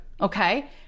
okay